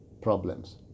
problems